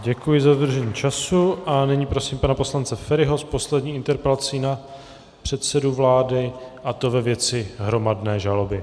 Děkuji za dodržení času a nyní prosím pana poslance Feriho s poslední interpelací na předsedu vlády, a to ve věci hromadné žaloby.